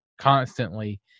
constantly